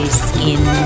skin